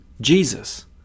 Jesus